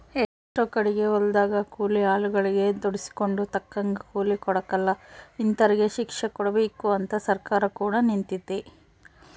ಎಷ್ಟೊ ಕಡಿಗೆ ಹೊಲದಗ ಕೂಲಿ ಆಳುಗಳಗೆ ದುಡಿಸಿಕೊಂಡು ತಕ್ಕಂಗ ಕೂಲಿ ಕೊಡಕಲ ಇಂತರಿಗೆ ಶಿಕ್ಷೆಕೊಡಬಕು ಅಂತ ಸರ್ಕಾರ ಕೂಡ ನಿಂತಿತೆ